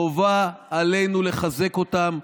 חובה עלינו לחזק אותם.